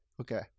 Okay